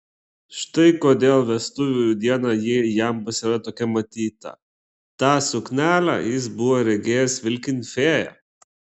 štai kodėl vestuvių dieną ji jam pasirodė tokia matyta tą suknelę jis buvo regėjęs vilkint fėją